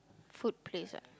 food place ah